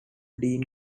dean